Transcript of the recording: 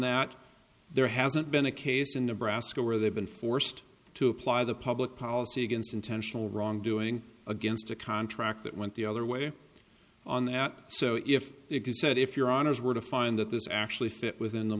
that there hasn't been a case in nebraska where they've been forced to apply the public policy against intentional wrongdoing against a contract that went the other way on that so if it is said if your honour's were to find that this actually fit within the